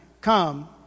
Come